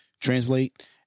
translate